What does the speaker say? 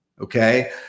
okay